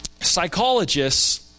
Psychologists